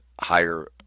higher